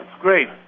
great